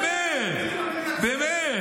באמת?